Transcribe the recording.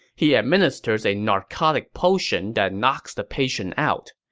he administers a narcotic potion that knocks the patient out.